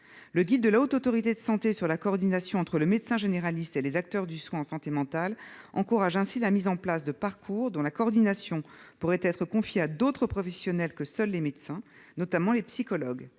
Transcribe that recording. Le guide de la Haute Autorité de santé sur la coordination entre le médecin généraliste et les acteurs du soin en santé mentale encourage la mise en place de parcours dont la coordination pourrait être confiée à d'autres professionnels que les seuls médecins, notamment les psychologues.